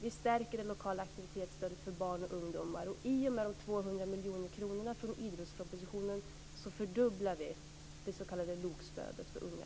Vi stärker det lokala aktivitetsstödet för barn och ungdomar. I och med de 200 miljoner kronor som angavs i idrottspropositionen så fördubblar vi det s.k. LOK-stödet för unga.